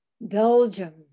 Belgium